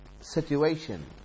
situation